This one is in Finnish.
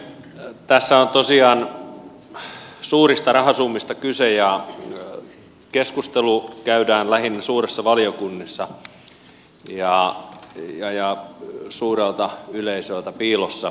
tässä on tosiaan suurista rahasummista kyse ja keskustelu käydään lähinnä suuressa valiokunnassa ja suurelta yleisöltä piilossa